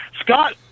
Scott